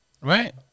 Right